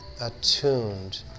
attuned